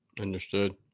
Understood